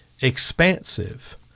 expansive